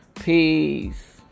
Peace